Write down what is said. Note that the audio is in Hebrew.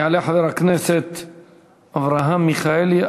יעלה חבר כנסת אברהם מיכאלי.